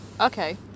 Okay